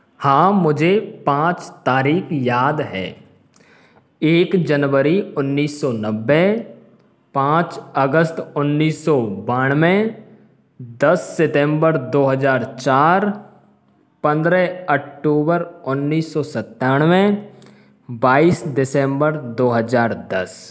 हाँ मुझे पाँच तारीख़ याद है एक जनवरी उन्नीस सौ नब्बे पाँच अगस्त उन्नीस सौ बानवे दस सितंबर दो हजार चार पंद्रह अट्टूबर उन्नीस सौ सत्तानवें बाईस दिसम्बर दो हजार दस